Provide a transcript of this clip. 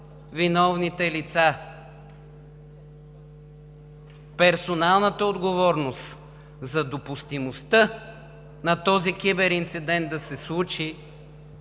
виновните лица. Персоналната отговорност за допустимостта този киберинцидент да се случи